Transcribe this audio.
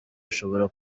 ashobora